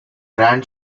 brand